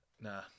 Nah